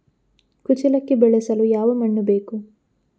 ಕುಚ್ಚಲಕ್ಕಿ ಬೆಳೆಸಲು ಯಾವ ಮಣ್ಣು ಬೇಕು?